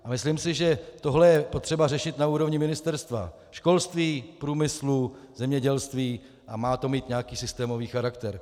A myslím si, že tohle je třeba řešit na úrovni ministerstev školství, průmyslu, zemědělství a má to mít nějaký systémový charakter.